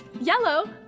Yellow